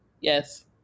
Yes